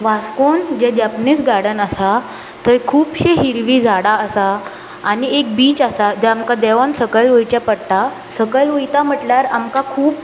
वास्कोन जे Japanese garden आसा थंय खुबशीं हिरवी झाडां आसा आनी एक बीच आसा जें आमकां देंवून सकयल वयचें पडटा सकयल वयता म्हटल्यार आमकां खूब